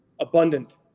abundant